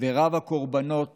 ורב-הקורבנות